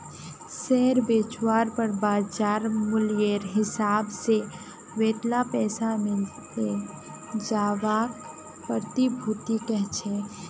share बेचवार पर बाज़ार मूल्येर हिसाब से वतेला पैसा मिले जवाक प्रतिभूति कह छेक